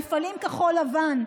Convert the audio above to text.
מפעלים כחול-לבן,